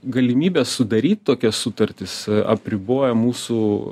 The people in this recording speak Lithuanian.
galimybę sudaryt tokias sutartis apriboja mūsų